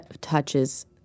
touches